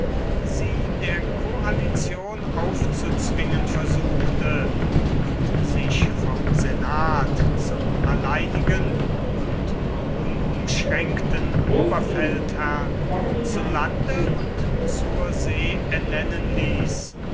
sie der koalition aufzuzwingen versuchte und sich vom senat zum alleinigen und unumschränkten oberfeldherrn zu lande und zur see ernennen ließ